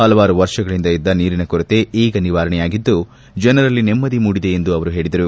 ಪಲವಾರು ವರ್ಷಗಳಿಂದ ಇದ್ದ ನೀರಿನ ಕೊರತೆ ಈಗ ನಿವಾರಣೆಯಾಗಿದ್ದು ಜನರಲ್ಲಿ ನೆಮ್ಮದಿ ಮೂಡಿದೆ ಎಂದು ಅವರು ಹೇಳಿದರು